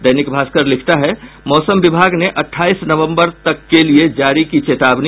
दैनिक भास्कर लिखता है मौसम विभाग ने अठाईस नवम्बर तक के लिये जारी की चेतावनी